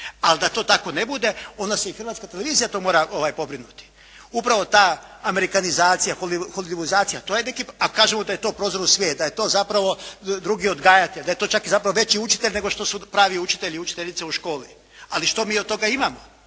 Ali da to tako ne bude, onda se i hrvatska tradicija tu mora pobrinuti. Upravo ta amerikanizacija, holivudizacija, to je neki, a kažemo da je to prozor u svijet, da je to zapravo drugi odgajatelj, da je to čak i zapravo veći učitelj nego što su pravi učitelji i učiteljice u školi. Ali što mi od toga imamo?